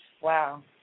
Wow